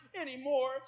anymore